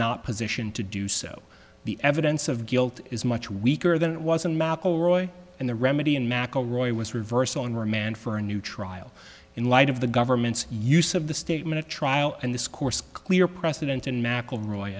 not position to do so the evidence of guilt is much weaker than it was in mcelroy and the remedy and mcelroy was reversed on remand for a new trial in light of the government's use of the statement a trial and this course clear precedent in mcelroy